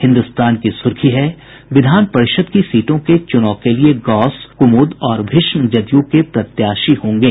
हिन्दुस्तान की सुर्खी है विधान परिषद की सीटों के चुनाव के लिए गौस कुमुद और भीष्म जदयू के प्रत्याशी होंगे